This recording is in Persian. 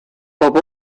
بابا